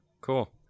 cool